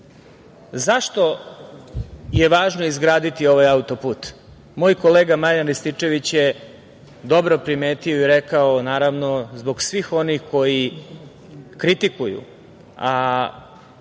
je važno izgraditi ovaj auto put? Moj kolega Marijan Rističević je dobro primetio i rekao, naravno zbog svih onih koji kritikuju, a